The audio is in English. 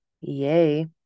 yay